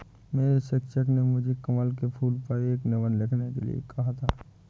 मेरे शिक्षक ने मुझे कमल के फूल पर एक निबंध लिखने के लिए कहा था